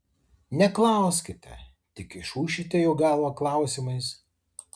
neklauskite tik išūšite jo galvą klausimais